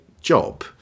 job